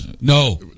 no